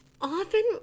often